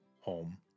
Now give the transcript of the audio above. home